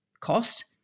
cost